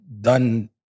done